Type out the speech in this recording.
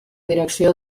direcció